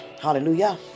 Hallelujah